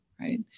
right